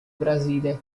brasile